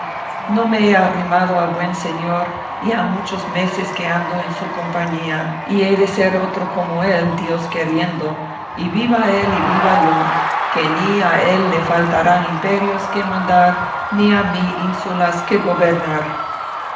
yo me he arrimado a buen señor y ha muchos meses que ando en su compañía y he de ser otro como él dios queriendo y viva él y viva yo que ni a él le faltarán imperios que mandar ni a mí ínsulas que gobernar